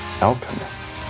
alchemist